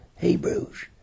Hebrews